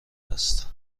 است